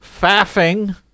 faffing